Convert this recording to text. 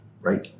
Right